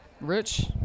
Rich